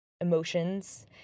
emotions